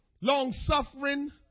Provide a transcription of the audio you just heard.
long-suffering